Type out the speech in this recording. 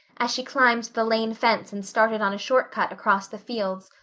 as she climbed the lane fence and started on a short cut across the fields,